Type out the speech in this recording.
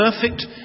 perfect